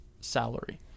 salary